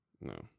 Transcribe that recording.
No